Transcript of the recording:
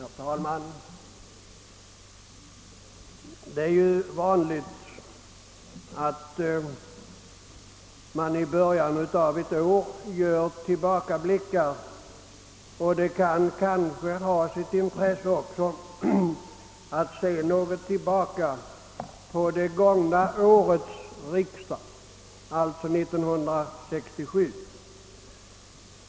Herr talman! Det är ju vanligt att man i början av ett år gör tillbakablickar, och det kan kanske också ha sitt intresse att något se tillbaka på det gångna årets riksdag, alltså 1967 års.